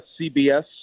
CBS